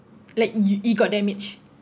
like it it got damaged